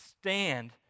stand